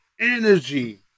Energy